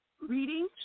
reading